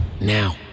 now